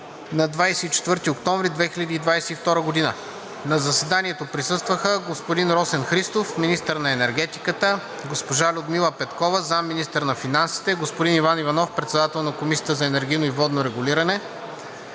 ДЕЛЯН ДОБРЕВ: „На заседанието присъстваха: господин Росен Христов – министър на енергетиката, госпожа Людмила Петкова – заместник-министър на финансите, господин Иван Иванов – председател на Комисията за енергийно и водно регулиране,